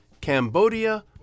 Cambodia